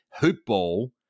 HOOPBALL